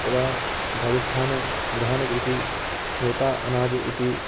तदा राजस्थानप्रधानकृषिः मोटा अनाज् इति